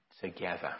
together